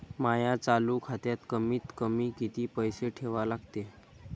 माया चालू खात्यात कमीत कमी किती पैसे ठेवा लागते?